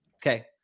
Okay